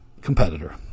Competitor